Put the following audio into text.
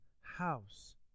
house